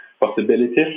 possibilities